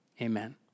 Amen